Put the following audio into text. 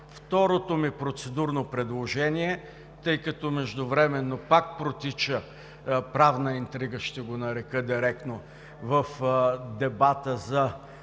Второто ми процедурно предложение, тъй като междувременно пак протича „правна интрига“, ще го нарека директно, в дебата за